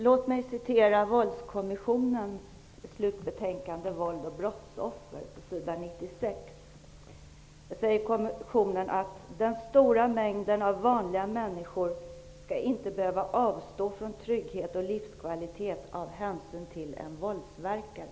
Låt mig citera Våldskommissionens slutbetänkande Vålds och brottsoffer, s. 96: Den stora mängden av vanliga människor skall inte behöva avstå från trygghet och livskvalitet av hänsyn till en våldsverkare.